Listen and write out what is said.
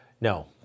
No